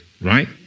right